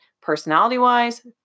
personality-wise